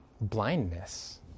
blindness